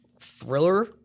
thriller